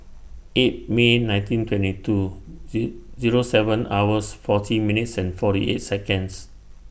eight May nineteen twenty two Z Zero seven hours forty minutes and forty eight Seconds